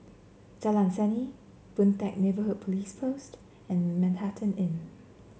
Jalan Seni Boon Teck Neighbourhood Police Post and Manhattan Inn